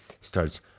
starts